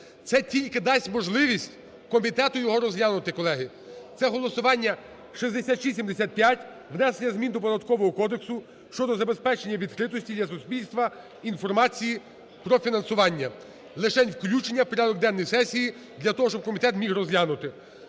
Це тільки дасть можливість комітету його розглянути, колеги. Це голосування 6675 внесення змін до Податкового кодексу щодо забезпечення відкритості для суспільства інформації про фінансування. Лишень включення в порядок денний сесії для того, щоб комітет міг розглянути.